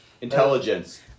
Intelligence